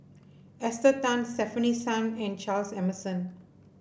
Esther Tan Stefanie Sun and Charles Emmerson